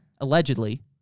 Allegedly